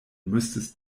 müsstest